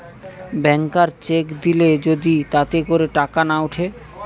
ব্যাংকার cheque দিলে যদি তাতে করে টাকা না উঠে